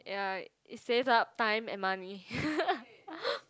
ya it saves up time and money